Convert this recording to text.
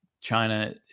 China